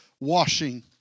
washing